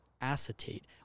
acetate